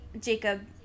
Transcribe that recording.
Jacob